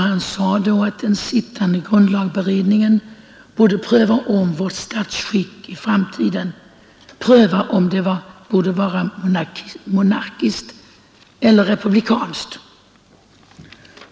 Han sade då att den sittande grundlagberedningen borde pröva om vårt statsskick i framtiden bör vara monarkiskt eller republikanskt.